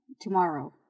tomorrow